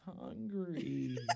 hungry